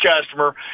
customer